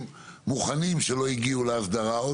מוכנים שלא הגיעו עדיין לאסדרה?